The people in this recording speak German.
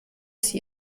sie